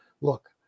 look